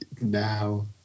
now